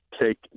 take